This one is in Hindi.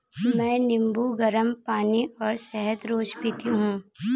मैं नींबू, गरम पानी और शहद रोज पीती हूँ